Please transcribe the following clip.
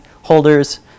holders